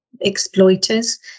exploiters